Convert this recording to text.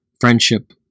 friendship